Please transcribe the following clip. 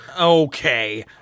Okay